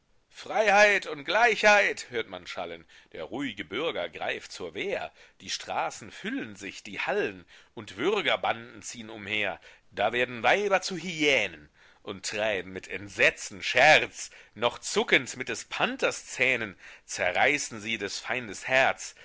freiheit und gleichheit hört man schallen der ruh'ge bürger greift zur wehr die straßen füllen sich die hallen und würgerbanden ziehn umher da werden weiber zu hyänen und treiben mit entsetzen scherz noch zuckend mit des panthers zähnen zerreißen sie des feindes herz